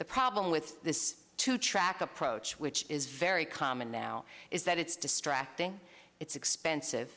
the problem with this two track approach which is very common now is that it's distracting it's expensive